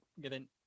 given